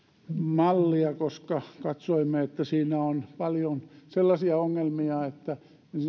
mallia koska katsoimme että siinä on paljon ongelmia ensinnäkin